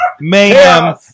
Mayhem